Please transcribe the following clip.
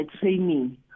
training